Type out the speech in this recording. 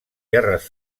guerres